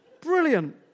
brilliant